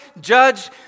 judge